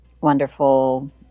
wonderful